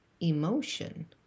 emotion